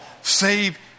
save